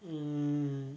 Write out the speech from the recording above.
mm